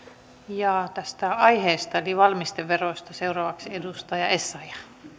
ja tästä aiheesta eli valmisteveroista seuraavaksi edustaja essayah